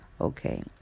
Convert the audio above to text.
Okay